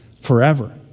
forever